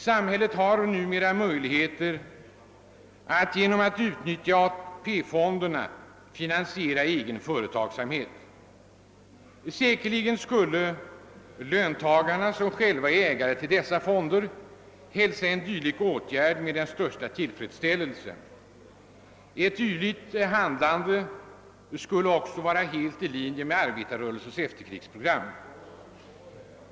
Numera har också samhället möjligheter att genom utnyttjande av ATP-fonderna finansiera egen företagsamhet. Säkerligen skulle löntagarna, som själva äger dessa fonder, hälsa en dylik åtgärd med största tillfredsställelse. Ett sådant handlande skulle också vara helt i linje med arbetarrörelsens efterkrigsprogram.